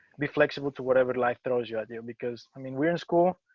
be flexible to whatever life throws you do because i mean we're in school.